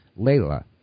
Layla